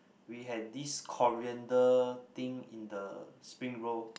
we had this coriander thing in the spring roll